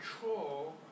control